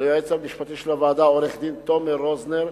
ליועץ המשפטי של הוועדה, עורך-הדין תומר רוזנר,